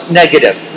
negative